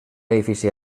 edifici